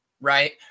right